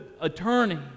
attorney